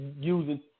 using